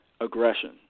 aggression